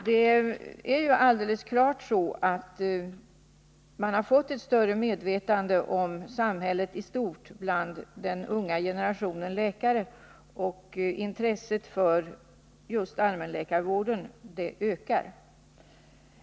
Det är helt klart så, att man har fått ett större medvetande om samhället i stort hos den unga generationen läkare, och intresset för just allmänläkarvården ökar bl.a. därför.